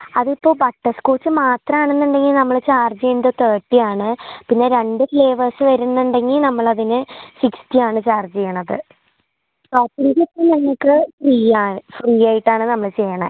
അതിപ്പോൾ ബട്ടർസ്കോച്ച് മാത്രമാണെന്നുണ്ടെങ്കിൽ നമ്മൾ ചാർജ് ചെയ്യുന്നത് തേർട്ടി ആണ് പിന്നെ രണ്ട് ഫ്ലേവേർസ് വരുന്നുണ്ടെങ്കിൽ നമ്മളതിന് സിക്സ്റ്റി ആണ് ചാർജ് ചെയ്യുന്നത് ടോപ്പിംഗ് ചുറ്റും ഞങ്ങൾക്ക് ഫ്രീ ആണ് ഫ്രീ ആയിട്ടാണ് നമ്മൾ ചെയ്യുന്നത്